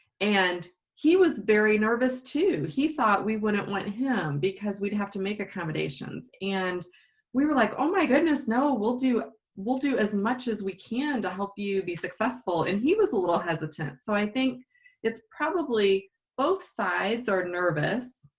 and he was very nervous too he thought we wouldn't want him because we'd have to make accommodations and we were like oh my goodness no we'll do we'll do as much as we can to help you be successful and he was a little hesitant so i think it's probably both sides are nervous.